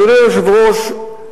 אדוני היושב-ראש,